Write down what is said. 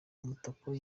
umutako